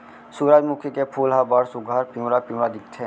सुरूजमुखी के फूल ह बड़ सुग्घर पिंवरा पिंवरा दिखथे